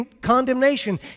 condemnation